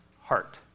heart